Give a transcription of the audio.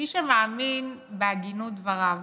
מי שמאמין בהגינות דבריו